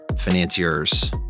financiers